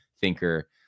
thinker